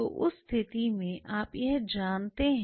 तो उस स्थिति में आप यह जानते हैं